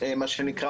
מה שנקרא,